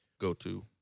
go-to